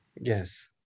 yes